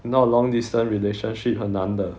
not long distance relationship 很难的